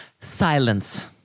silence